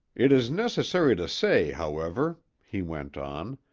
it is necessary to say, however, he went on,